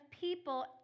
people